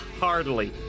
Hardly